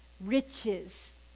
riches